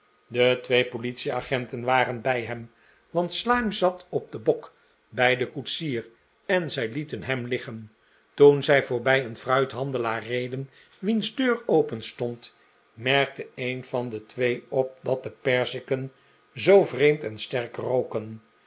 de twee politieagenten waren bij hem want slyme zat op den bok bij den koetsier en zij lieten hem liggen toen zij voorbij een fruithandelaar reden wiens deur openstond merkte een van de twee op dat de perziken zoo vreemd en sterk roken